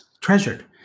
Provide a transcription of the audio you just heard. treasured